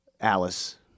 Alice